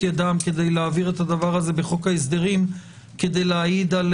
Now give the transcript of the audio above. ידם כדי להעביר את הדבר זה בחוק ההסדרים כדי להעיד על